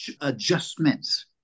adjustments